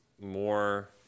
more